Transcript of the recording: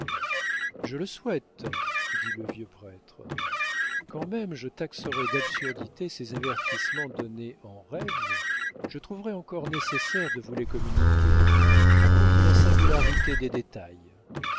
je le souhaite dit le vieux prêtre quand même je taxerais d'absurdité ces avertissements donnés en rêve je trouverais encore nécessaire de vous les communiquer à cause de la singularité des détails